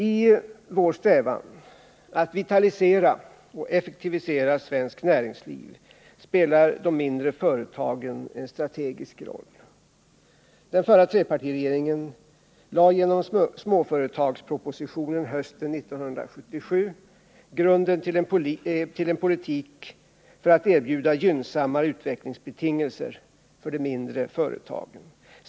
I vår strävan att vitalisera och effektivisera svenskt näringsliv spelar de mindre företagen en strategisk roll. Den förra trepartiregeringen lade genom småföretagspropositionen hösten 1977 grunden till en politik för att erbjuda gynnsammare utvecklingsbetingelser för de mindre företagen.